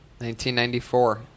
1994